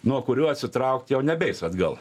nuo kurių atsitraukt jau nebeis atgal